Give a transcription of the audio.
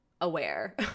aware